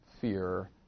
fear